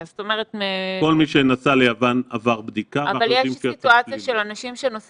כל מי שנסע ליוון עבר בדיקה ואנחנו יודעים שהתוצאה שלילית.